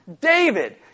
David